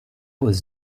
was